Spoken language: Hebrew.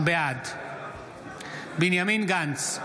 בעד בנימין גנץ,